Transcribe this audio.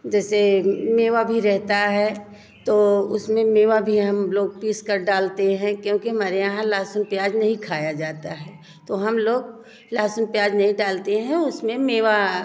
जैसे मेवा भी रहेता है तो उसमें मेवा भी हम लोग पीस कर डालते हैं क्योंकि हमारे यहाँ लहसुन प्याज़ नहीं खाया जाता है तो हम लोग लहसुन प्याज़ नहीं डालते हैं उसमें मेवा